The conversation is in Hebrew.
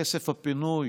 הכסף הפנוי,